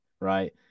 right